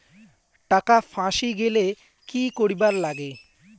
টাকা ফাঁসি গেলে কি করিবার লাগে?